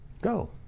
Go